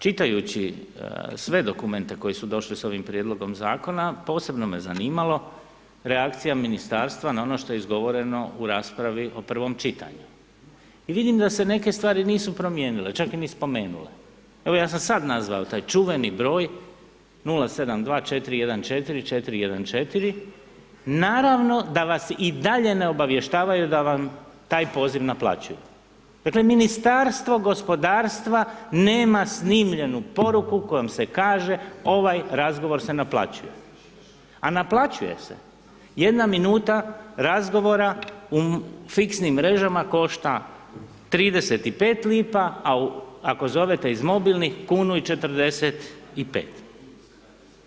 Čitajući sve dokumente koji su došli s ovim prijedlogom zakona posebno me zanimalo, reakcija ministarstva na ono što je izgovoreno u raspravi o prvom čitanju i vidim da se neke stvari nisu promijenile čak ni spomenule, evo ja sam sad nazvao taj čuveni broj 072414414, naravno da vas i dalje ne obavještavaju da vam taj poziv naplaćuju, dakle Ministarstvo gospodarstva nema snimljenu poruku kojom se kaže, ovaj razgovor se naplaćuje, a naplaćuje se, 1 minuta razgovora u fiksnim mrežama košta 35 lipa, ako zovete iz mobilnih 1,45 kuna.